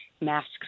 masks